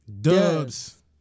Dubs